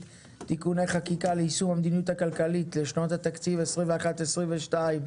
(תיקוני חקיקה ליישום המדיניות הכלכלית לשנות התקציב 2021 ו-2022).